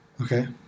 Okay